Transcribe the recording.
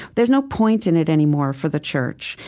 there's no point in it anymore for the church.